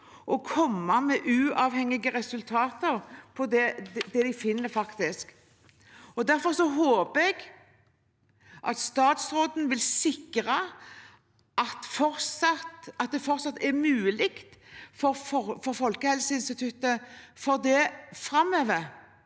og komme med uavhengige resultater av det de finner. Derfor håper jeg at statsråden vil sikre at det fortsatt er mulig for Folkehelseinstituttet for det framover,